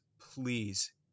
please